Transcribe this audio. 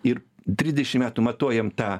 ir trisdešim metų matuojam tą